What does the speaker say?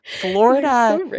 Florida